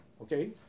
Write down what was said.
Okay